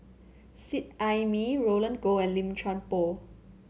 Seet Ai Mee Roland Goh and Lim Chuan Poh